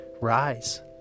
Rise